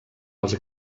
els